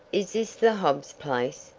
is this the hobb's place?